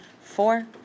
four